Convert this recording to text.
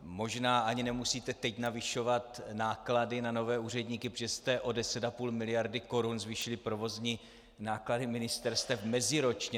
Možná ani nemusíte teď navyšovat náklady na nové úředníky, protože jste o 10,5 mld. korun zvýšili provozní náklady ministerstev meziročně.